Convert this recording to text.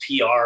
pr